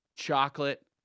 Chocolate